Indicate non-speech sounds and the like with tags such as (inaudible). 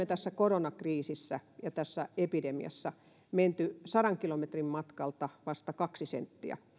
(unintelligible) tässä koronakriisissä ja tässä epidemiassa menty sadan kilometrin matkalta vasta kaksi senttiä